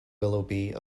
willoughby